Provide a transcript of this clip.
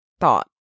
thought